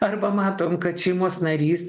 arba matom kad šeimos narys